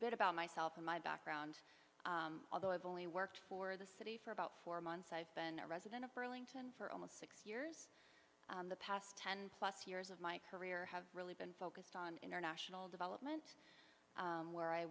about myself from my background although i've only worked for the city for about four months i've been a resident of burlington for almost six years the past ten plus years of my career have really been focused on international development where i